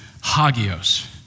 hagios